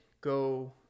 go